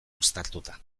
uztartuta